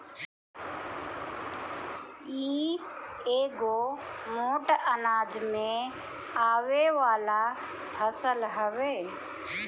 इ एगो मोट अनाज में आवे वाला फसल हवे